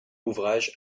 ouvrage